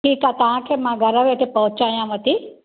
ठीक आहे तव्हां खे मां घरु वेठे पहुचायांव थी